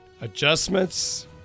Adjustments